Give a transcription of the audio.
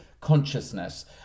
consciousness